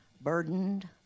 burdened